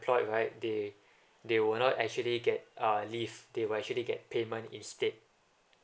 employed right they they will not actually get uh leave they will actually get payment instead